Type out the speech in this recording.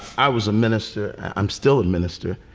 i was a minister. i'm still a minister.